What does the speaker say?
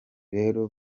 rero